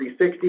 360